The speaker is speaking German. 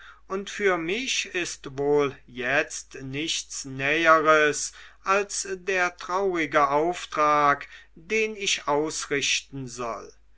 und für mich ist wohl jetzt nichts näheres als der traurige auftrag den ich ausrichten soll